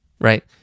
right